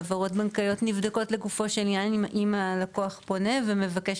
העברות בנקאיות נבדקות לגופו של עניין אם הלקוח פונה ומבקש